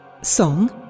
Song